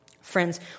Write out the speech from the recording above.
Friends